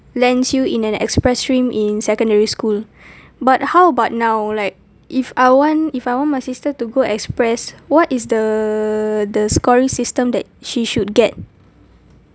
land you in an express stream in secondary school but how about now like if I want if I know my sister to go express what is the the scoring system that she should get